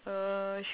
uh